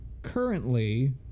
Currently